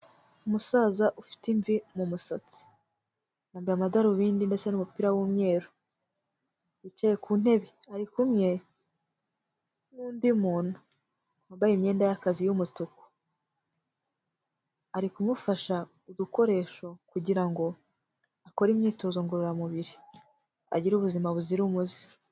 Umusaza ufite imvi mu musatsi, yambaye amadarubindi ndetse n'umupira w'umweru, yicaye ku ntebe. Ari kumwe n'undi muntu wambaye y'akazi y'umutuku, ari kumufasha ku dukoresho kugira ngo akore imyitozo ngororamubiri, agire ubuzima buzira umuze.